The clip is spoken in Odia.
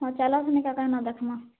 ହଁ ଚାଲ ଦେଖ୍ମା